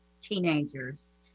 teenagers